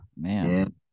man